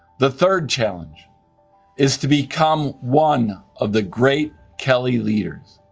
the third challenge is to become one of the great kelley leaders.